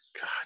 god